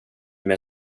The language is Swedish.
med